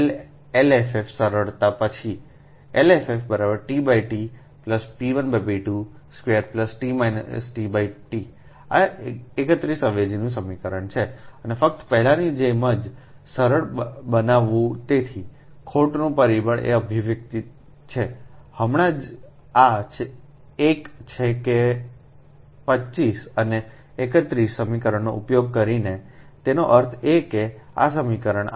LFF સરળતા પછી છેLFF t T p1p22 T આ 31 અવેજીનું સમીકરણ છે અને ફક્ત પહેલાની જેમ જ સરળ બનાવવું તેથી ખોટનું પરિબળ એ અભિવ્યક્તિ છે હમણાં જ આ એક છે 25 અને 31 સમીકરણનો ઉપયોગ કરીનેતેનો અર્થ એ કે આ સમીકરણ